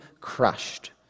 crushed